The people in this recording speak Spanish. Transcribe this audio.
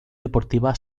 deportiva